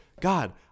God